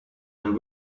and